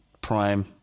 Prime